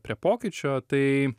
prie pokyčio tai